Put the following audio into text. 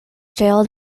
jailed